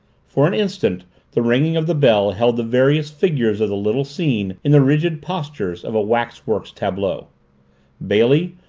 for an instant the ringing of the bell held the various figures of the little scene in the rigid postures of a waxworks tableau bailey,